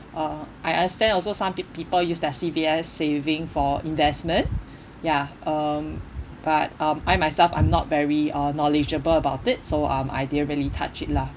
uh I understand also some peop~ people use their C_P_F saving for investment ya um but um I myself I'm not very uh knowledgeable about it so um I didn't really touch it lah